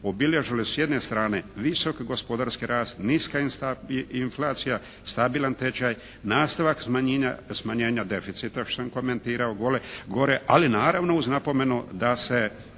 obilježilo s jedne strane visok gospodarski rast, niska inflacija, stabilan tečaj, stavak smanjenja deficita što sam komentirao gore, ali naravno uz napomenu da se